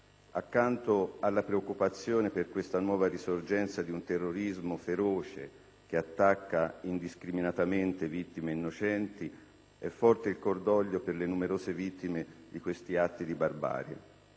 Accanto alla preoccupazione per questa nuova risorgenza di un terrorismo feroce che attacca indiscriminatamente vittime innocenti è forte il cordoglio per le numerose vittime di questi atti di barbarie.